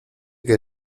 que